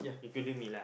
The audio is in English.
including me lah